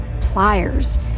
pliers